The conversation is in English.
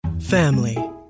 Family